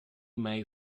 may